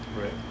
right